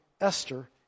Esther